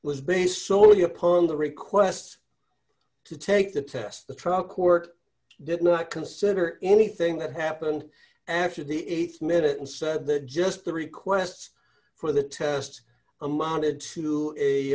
was based solely upon the request to take the test the trial court did not consider anything that happened after the th minute and said that just the request for the test amounted to a